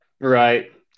right